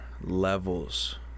levels